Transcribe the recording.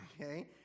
okay